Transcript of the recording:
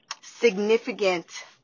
significant